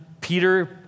Peter